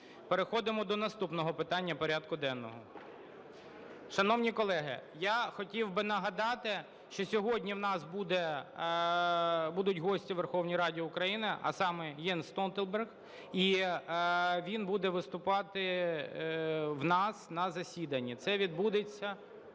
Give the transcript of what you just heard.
Переходимо до наступного питання порядку денного. Шановні колеги, я хотів би нагадати, що сьогодні у нас будуть гості у Верховній Раді, а саме Єнс Столтенберг. І він буде виступати у нас на засіданні. Це відбудеться…